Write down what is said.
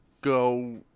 go